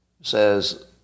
says